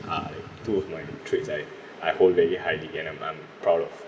uh two of my traits I I hold very highly and I'm I'm proud of